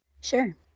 Sure